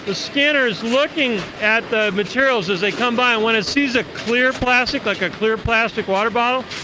ah scanner's looking at the materials as they come by and when it sees a clear plastic, like a clear plastic water bottle,